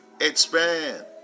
Expand